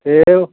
सेब